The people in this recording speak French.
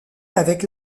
avec